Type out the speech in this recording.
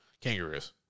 Kangaroos